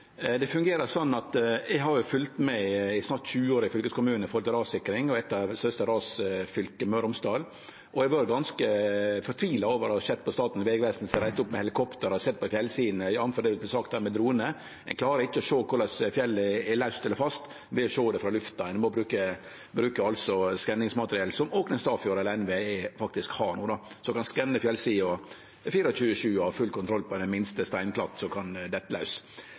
har i snart 20 år følgt med i fylkeskommunen når det gjeld rassikring, og det i eit av dei største rasfylka, Møre og Romsdal. Eg har vore ganske fortvila over å sjå på Statens vegvesen, som har reist opp med helikopter og sett på fjellsidene, jf. det som vart sagt her om dronar. Ein klarer ikkje å sjå korleis fjellet er laus eller fast ved å sjå det frå lufta, ein må bruke skanningsmateriell – som Åknes/Tafjord og NVE faktisk har no. Dei kan skanne fjellsida 24–7 og ha full kontroll på den minste stein som kan dette laus.